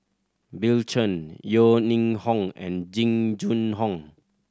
Bill Chen Yeo Ning Hong and Jing Jun Hong